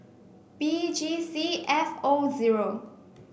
B G C F O zero